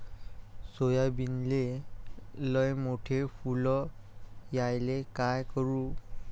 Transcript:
सोयाबीनले लयमोठे फुल यायले काय करू?